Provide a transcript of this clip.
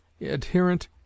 adherent